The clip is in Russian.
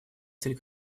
цель